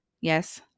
yes